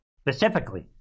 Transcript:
specifically